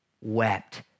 wept